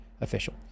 official